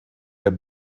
der